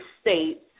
states